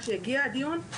כשיגיע הדיון,